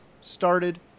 started